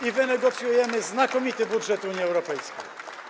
i wynegocjujemy znakomity budżet Unii Europejskiej.